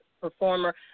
performer